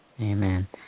Amen